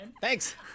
Thanks